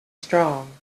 strong